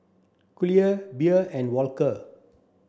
Collier Bea and Walker